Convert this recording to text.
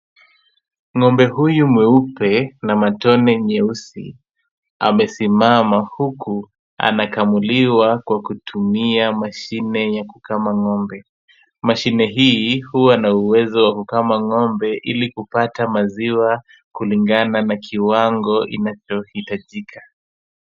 Ng’ombe huyu mweupe na matone nyeusi. Amesimama huku, anakamuliwa kwa kutumia mashine ya kukama ng’ombe. Mashine hii huwa na uwezo wa kukama ng’ombe ili kupata maziwa kulingana na kiwango inachohitajika.